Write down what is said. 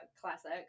classic